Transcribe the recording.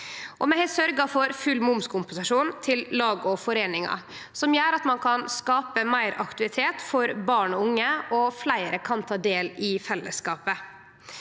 Vi har sørgt for full momskompensasjon til lag og foreiningar, noko som gjer at ein kan skape meir aktivitet for barn og unge, og at fleire kan ta del i fellesskapet.